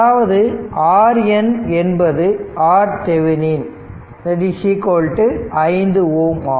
அதாவது RN என்பது RThevenin 5 Ω